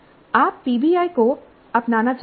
आप पीबीआई को अपनाना चाहते हैं